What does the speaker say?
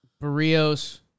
Barrios